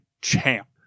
champ